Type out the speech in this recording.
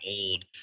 old